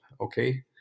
okay